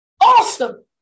Awesome